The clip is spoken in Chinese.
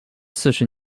四十